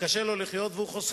וקשה לו לחיות והוא חוסך.